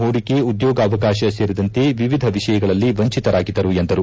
ಹೂಡಿಕೆ ಉದ್ಯೋಗಾವಕಾಶ ಸೇರಿದಂತೆ ವಿವಿಧ ವಿಷಯಗಳಲ್ಲಿ ವಂಚಿತರಾಗಿದ್ದರು ಎಂದರು